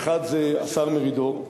האחד זה השר מרידור,